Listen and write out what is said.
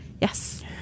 yes